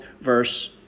verse